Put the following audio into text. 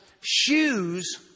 shoes